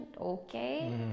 okay